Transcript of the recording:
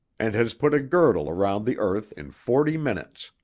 and has put a girdle around the earth in forty minutes.